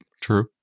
True